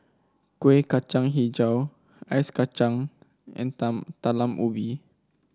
Kueh Kacang hijau Ice Kacang and Talam Ubi